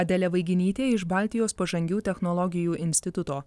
adelė vaiginytė iš baltijos pažangių technologijų instituto